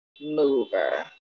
mover